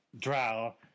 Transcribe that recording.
drow